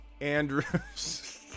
Andrews